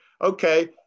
Okay